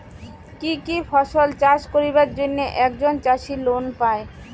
কি কি ফসল চাষ করিবার জন্যে একজন চাষী লোন পায়?